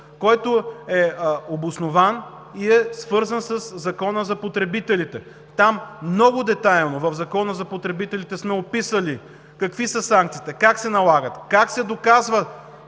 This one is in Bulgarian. който е обоснован и е свързан със Закона за потребителите. Там много детайлно – в Закона за потребителите, сме описали какви са санкциите, как се налагат, как се доказва